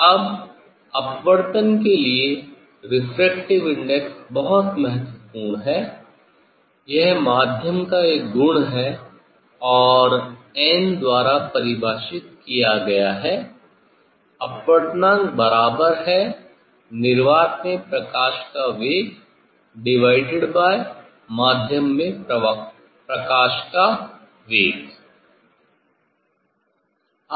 अब अपवर्तन के लिए रेफ्रेक्टिव इंडेक्स बहुत महत्वपूर्ण है यह माध्यम का एक गुण है और 'n' द्वारा परिभाषित किया गया है अपवर्तनांक बराबर है निर्वात में प्रकाश का वेग 'c' डिवाइडेड बाई माध्यम में प्रकाश का वेग 'v'